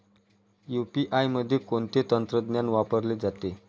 UPI मध्ये कोणते तंत्रज्ञान वापरले जाते?